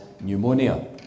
pneumonia